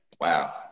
Wow